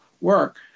work